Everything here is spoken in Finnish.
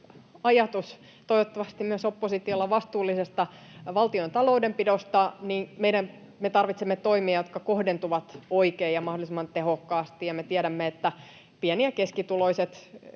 toivottavasti myös oppositiolla, vastuullisesta valtiontalouden pidosta, niin me tarvitsemme toimia, jotka kohdentuvat oikein ja mahdollisimman tehokkaasti, ja me tiedämme, että pieni- ja keskituloiset